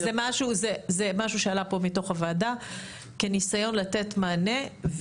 זה משהו שעלה פה מתוך הוועדה כניסיון לתת מענה.